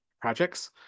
projects